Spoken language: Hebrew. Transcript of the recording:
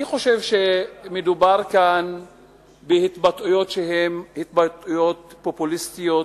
אני חושב שמדובר כאן בהתבטאויות פופוליסטיות,